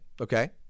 Okay